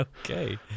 Okay